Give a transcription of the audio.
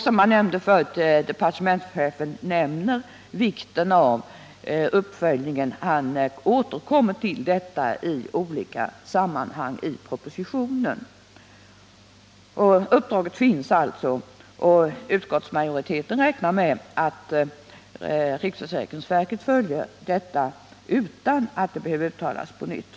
Som jag sade förut nämner departementschefen vikten av att det sker en uppföljning. Han återkommer till detta i olika sammanhang i propositionen. Uppdraget finns alltså, och utskottsmajoriteten räknar med att riksförsäkringsverket fullgör detta utan att det behöver uttalas på nytt.